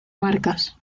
marcas